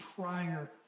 prior